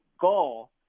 goal